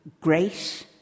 grace